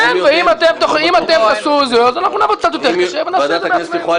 אם אתם תתנגדו אז אנחנו נעבוד קצת יותר קשה ונעשה את זה בעצמנו.